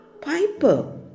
piper